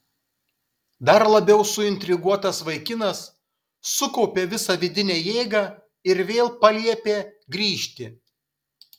dar labiau suintriguotas vaikinas sukaupė visą vidinę jėgą ir vėl paliepė grįžti